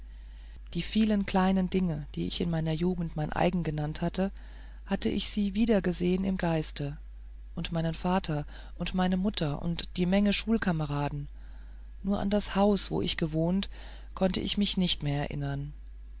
die vielen kleinen lieben dinge die ich in meiner jugend mein eigen genannt hatte ich wieder gesehen im geiste und meinen vater und meine mutter und die menge schulkameraden nur an das haus wo ich gewohnt konnte ich mich nicht mehr erinnern